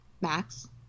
Max